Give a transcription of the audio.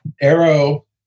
Arrow